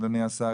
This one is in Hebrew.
אדוני השר,